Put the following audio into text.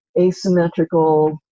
asymmetrical